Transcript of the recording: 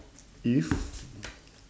if